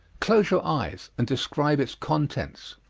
close your eyes, and describe its contents.